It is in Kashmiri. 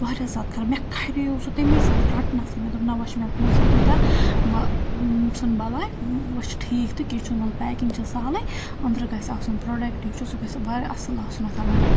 واریاہ زیادٕ خراب مےٚ کَھرییو سُہ تَمی ساتہٕ رَٹنَسٕے مےٚ دوٚپ نہ وۄنۍ چھِ مےٚ پونٛسہٕ دِتۍمٕتۍ وَ ژھٕن بَلاے وۄنۍ چھِ ٹھیٖک تہٕ کینٛہہ چھُنہٕ وَلہٕ پیکِنٛگ چھَس سہلٕے أندرٕ گژھِ آسُن پرٛوڈَکٹہٕ یہِ چھُ سُہ گژھِ واریاہ اَصٕل آسُنَتھ وۄنۍ